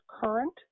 current